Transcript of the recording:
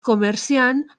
comerciant